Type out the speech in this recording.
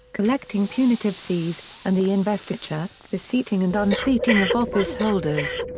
collecting punitive fees, and the investiture, the seating and unseating of office holders.